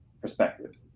perspective